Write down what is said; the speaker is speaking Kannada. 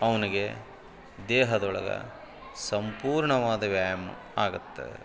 ಅವ್ನಿಗೆ ದೇಹದೊಳಗೆ ಸಂಪೂರ್ಣವಾದ ವ್ಯಾಯಾಮ ಆಗತ್ತೆ